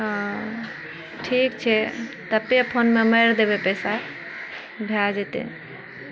हऽ ठीक छै तऽ पे फोनमे मारि देबै पैसा भए जेतै